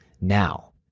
Now